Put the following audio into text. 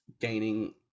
gaining